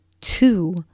two